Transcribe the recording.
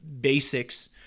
basics